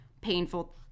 painful